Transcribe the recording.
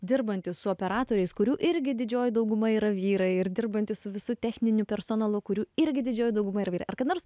dirbanti su operatoriais kurių irgi didžioji dauguma yra vyrai ir dirbantys su visu techniniu personalu kurių irgi didžioji dauguma yra vyrai ar ką nors